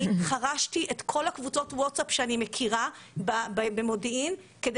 אני חרשתי את כל הקבוצות וואטסאפ שאני מכירה במודיעין כדי